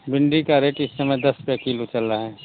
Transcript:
भिंडी का रेट इस समय दस रुपया किलो चल रहा है